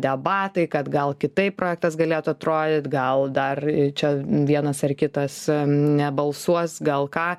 debatai kad gal kitaip projektas galėtų atrodyt gal dar čia vienas ar kitas nebalsuos gal ką